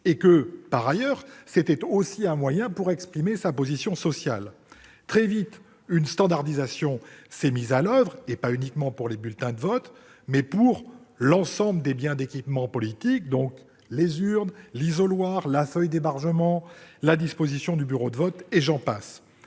un bulletin de vote. C'était aussi un moyen pour exprimer sa position sociale. Très vite, une standardisation a été instaurée, pas uniquement pour les bulletins de vote, mais pour l'ensemble des biens d'équipement politique : l'urne, l'isoloir, la feuille d'émargement, la disposition du bureau de vote, etc. Cette